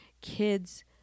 Kids